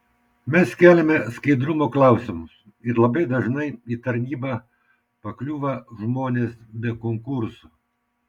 mes keliame skaidrumo klausimus ir labai dažnai į tarnybą pakliūvą žmonės be konkurso